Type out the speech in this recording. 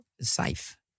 safe –